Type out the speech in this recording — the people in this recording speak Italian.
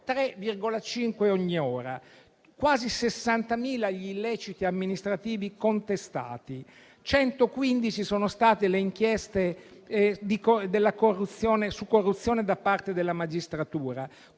3,5 ogni ora; quasi 60.000 gli illeciti amministrativi contestati; 115 sono state le inchieste su corruzione da parte della magistratura;